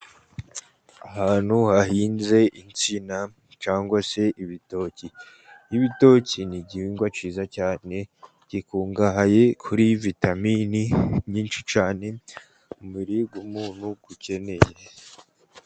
Ahantu hahinze insina cyangwa se ibitoki, ibitoki ni igihingwa cyiza cyane gikungahaye kuri vitamini nyinshi cyane, umubiri w'umuntu ukeneye.